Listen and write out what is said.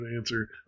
answer